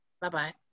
bye-bye